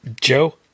Joe